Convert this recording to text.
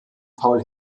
paul